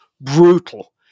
brutal